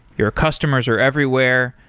your customers are everywhere.